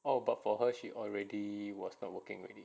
oh but for her she already was not working already